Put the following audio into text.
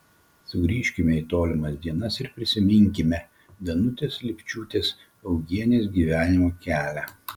sugrįžkime į tolimas dienas ir prisiminkime danutės lipčiūtės augienės gyvenimo kelią